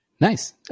Nice